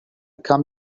come